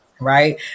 right